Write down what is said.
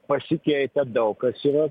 pasikeitė daug kas yra